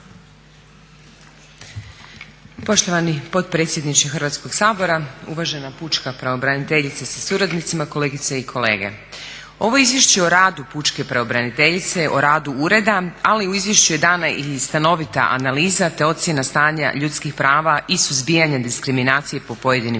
Poštovani potpredsjedniče Hrvatskog sabora, uvažena pučka pravobraniteljice sa suradnicima, kolegice i kolege. Ovo izvješće o radu pučke pravobraniteljice, o radu ureda, ali u izvješću je dana i stanovita analiza te ocjena stanja ljudskih prava i suzbijanje diskriminacije po pojedinim